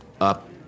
Up